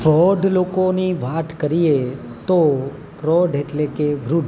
પ્રૌઢ લોકોની વાત કરીએ તો પ્રૌઢ એટલે કે વૃદ્ધ